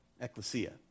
ecclesia